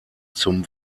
zum